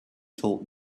told